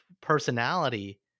personality